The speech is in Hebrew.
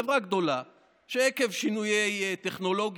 חברות גדולות שעקב שינויי טכנולוגיה,